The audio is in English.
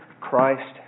Christ